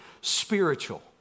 spiritual